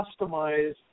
customize